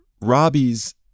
Robbie's